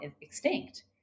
extinct